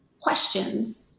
questions